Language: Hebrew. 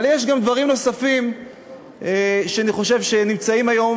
אבל יש גם דברים נוספים שאני חושב שנמצאים היום